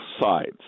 sides